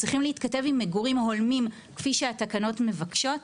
צריכים להתכתב עם מגורים הולמים כפי שהתקנות מבקשות.